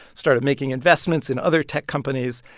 started making investments in other tech companies.